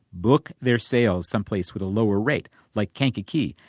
book their sales someplace with a lower rate like kankakee.